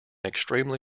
extremely